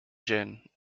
gin